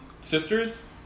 sisters